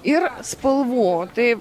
ir spalvų tai